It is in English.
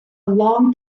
long